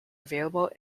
available